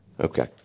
Okay